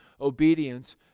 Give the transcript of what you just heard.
obedience